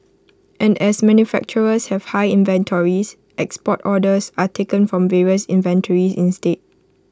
and as manufacturers have high inventories export orders are taken from the inventories instead